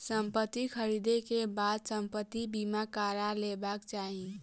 संपत्ति ख़रीदै के बाद संपत्ति बीमा करा लेबाक चाही